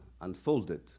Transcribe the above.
unfolded